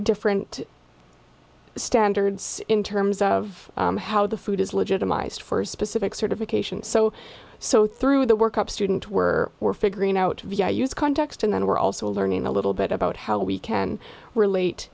different standards in terms of how the food is legitimized for a specific certification so so through the work of student were we're figuring out via use context and then we're also learning a little bit about how we can relate